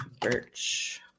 birch